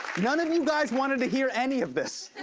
none of you guys wanted to hear any of this.